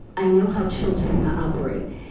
i know how children ah operate.